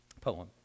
poem